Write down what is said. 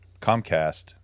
Comcast